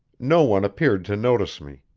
no one appeared to notice me.